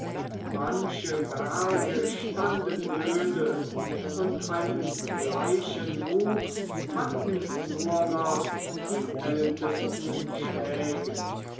manche berge standen öde und einen gleichen wuchs hatten nur noch die ältesten schläge